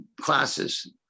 classes